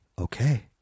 okay